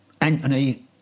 Anthony